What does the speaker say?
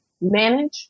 manage